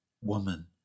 Woman